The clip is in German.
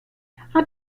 hat